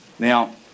Now